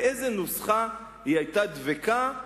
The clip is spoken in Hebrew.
באיזו נוסחה היא היתה דבקה,